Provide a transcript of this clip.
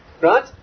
right